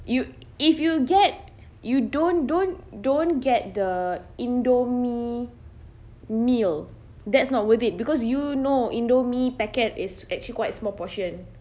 you if you get you don't don't don't get the indomie meal that's not worth it because you know indomie packet is actually quite small portion